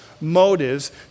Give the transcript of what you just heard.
motives